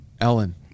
Ellen